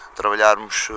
trabalharmos